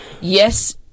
yes